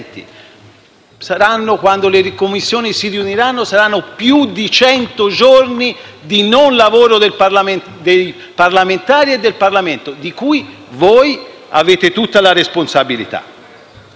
Quando le Commissioni si riuniranno, saranno più di cento giorni di non lavoro dei parlamentari e del Parlamento, di cui voi avete tutta la responsabilità.